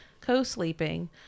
co-sleeping